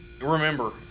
Remember